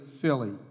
Philly